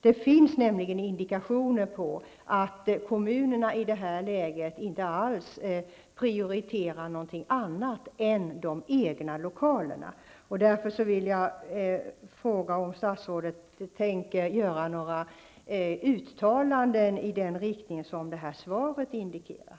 Det finns nämligen indikationer på att kommunerna i detta läge inte alls prioriterar något annat än de egna lokalerna. Därför vill jag fråga om statsrådet tänker göra några uttalanden i den riktning som detta svar indikerar.